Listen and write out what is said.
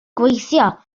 gweithio